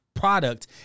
product